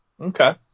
Okay